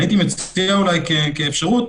הייתי מציע כאפשרות,